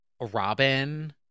Robin